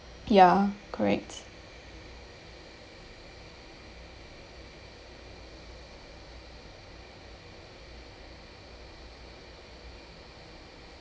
ya correct